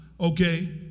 okay